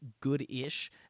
good-ish